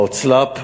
ההוצל"פ,